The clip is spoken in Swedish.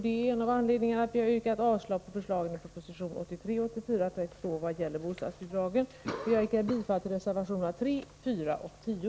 Det är en av anledningarna till att vi yrkat avslag på förslagen i proposition 1983/84:32 vad gäller bostadsbidragen. Herr talman! Jag yrkar bifall till reservationerna 3, 4 och 10.